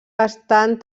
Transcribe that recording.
estan